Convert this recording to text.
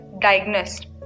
diagnosed